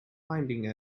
finding